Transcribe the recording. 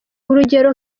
urugero